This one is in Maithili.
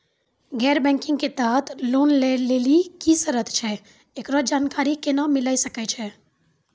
गैर बैंकिंग के तहत लोन लए लेली की सर्त छै, एकरो जानकारी केना मिले सकय छै?